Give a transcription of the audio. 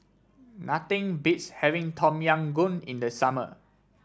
nothing beats having Tom Yam Goong in the summer